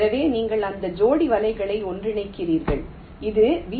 எனவே நீங்கள் அந்த ஜோடி வலைகளை ஒன்றிணைக்கிறீர்கள் இது வி